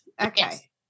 Okay